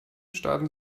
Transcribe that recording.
starten